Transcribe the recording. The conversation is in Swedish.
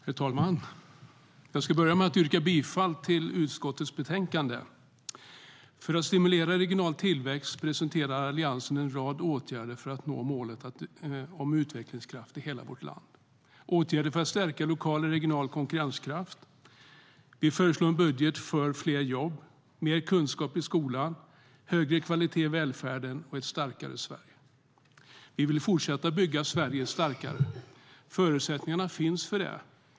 Herr talman! Jag börjar med att yrka bifall till utskottets förslag. Vi vill fortsätta att bygga Sverige starkare. Förutsättningarna för det finns.